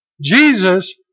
Jesus